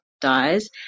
dies